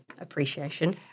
appreciation